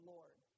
Lord